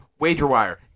WagerWire